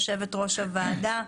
מנהלת הוועדה,